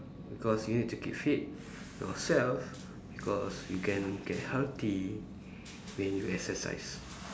because you need to keep fit yourself because you can get healthy when you exercise